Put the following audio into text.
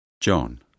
John